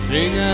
Sing